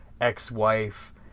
ex-wife